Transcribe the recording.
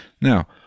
Now